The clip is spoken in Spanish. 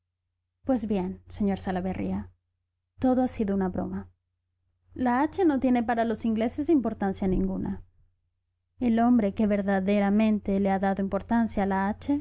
pues bien sr salaverría todo ha sido una broma la hache no tiene para los ingleses importancia ninguna el hombre que verdaderamente le ha dado importancia a la